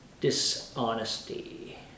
Dishonesty